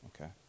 Okay